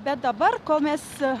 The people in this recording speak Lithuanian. bet dabar kol mes